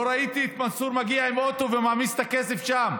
לא ראיתי את מנסור מגיע עם אוטו ומעמיס את הכסף שם,